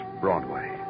Broadway